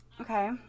Okay